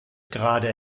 gerade